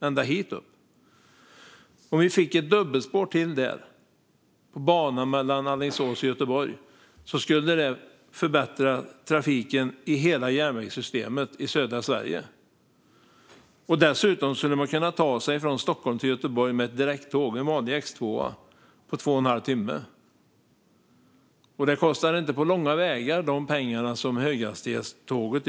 Med ytterligare ett dubbelspår mellan Alingsås och Göteborg skulle trafiken i hela järnvägssystemet i södra Sverige förbättras. Dessutom skulle det vara möjligt att ta sig från Stockholm till Göteborg med direkttåg - en vanlig X2 - på två och en halv timme. Det kostar inte på långa vägar de pengar som det kostar för höghastighetståget.